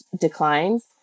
declines